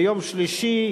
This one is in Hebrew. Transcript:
ביום שלישי,